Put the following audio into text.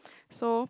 so